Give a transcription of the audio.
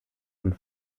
und